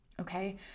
Okay